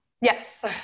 Yes